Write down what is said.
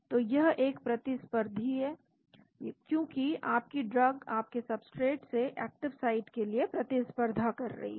तो यह एक प्रतिस्पर्धी है क्योंकि आपकी ड्रग आपके सब्सट्रेट से एक्टिव साइट के लिए प्रतिस्पर्धा कर रही है